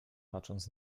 patrząc